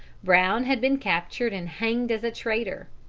brown had been captured and hanged as a traitor.